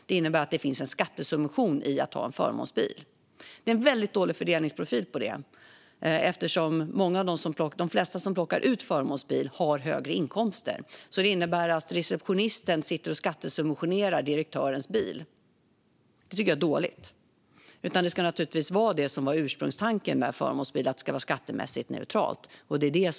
Det innebär att det finns en skattesubvention i att ha en förmånsbil. Detta ger en väldigt dålig fördelningsprofil. De flesta som plockar ut förmånsbil har nämligen hög inkomst, vilket innebär att receptionisten skattesubventionerar direktörens bil. Det är dåligt. Givetvis ska ursprungstanken att det ska vara skattemässigt neutralt med förmånsbil gälla.